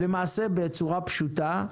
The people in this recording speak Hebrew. למעשה, בצורה פשוטה,